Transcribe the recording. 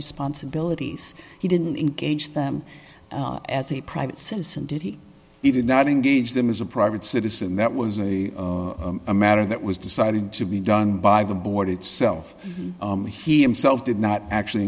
responsibilities he didn't engage them as a private citizen did he he did not engage them as a private citizen that was a a matter that was decided to be done by the board itself or he him selfe did not actually